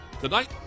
Tonight